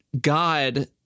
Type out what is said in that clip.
God